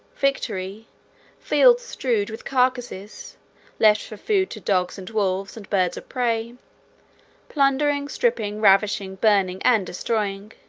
victory fields strewed with carcases, left for food to dogs and wolves and birds of prey plundering, stripping, ravishing, burning, and destroying.